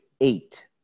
eight